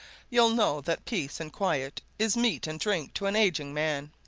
you'll know that peace and quiet is meat and drink to an ageing man.